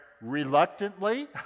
reluctantly